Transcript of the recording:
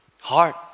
heart